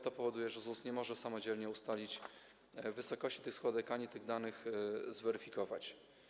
To powoduje, że ZUS nie może samodzielnie ustalić wysokości tych składek ani tych danych zweryfikować.